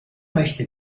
möchte